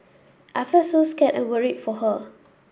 I felt so scared and worried for her